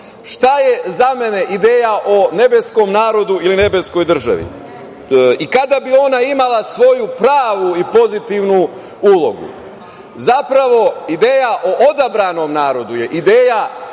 je za mene ideja o nebeskom narodu ili nebeskoj državi i kada bi ona imala svoju pravu i pozitivnu ulogu? Zapravo, ideja o odabranom narodu je ideja